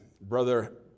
brother